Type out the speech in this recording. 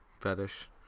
fetish